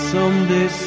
Someday